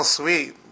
sweet